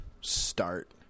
start